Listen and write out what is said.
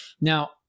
Now